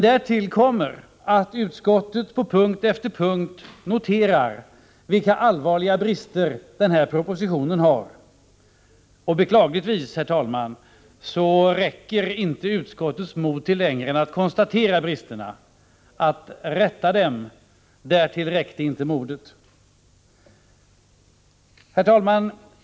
Därtill kommer att utskottet på punkt efter punkt noterar vilka allvarliga brister propositionen har. Beklagligtvis, herr talman, räcker inte utskottets mod längre än till att konstatera bristerna. Att rätta dem, därtill räckte inte modet. Herr talman!